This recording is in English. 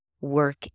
work